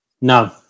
No